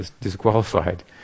disqualified